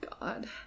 God